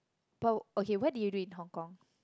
but okay what did you do in Hong-Kong